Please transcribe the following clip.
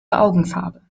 augenfarbe